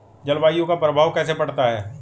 जलवायु का प्रभाव कैसे पड़ता है?